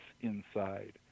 inside